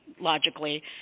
logically